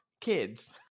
kids